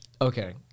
Okay